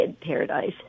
paradise